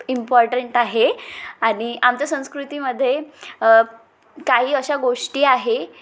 important आहे आणि आमच्या संस्कृतीमध्ये काही अशा गोष्टी आहे